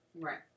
Right